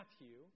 Matthew